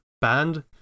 band